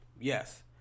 Yes